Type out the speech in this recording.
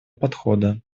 подхода